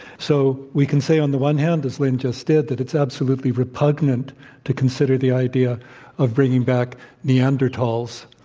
so, we can say on the one hand, as lynn just did, that it's absolutely repugnant to consider the idea of bringing back neanderthals.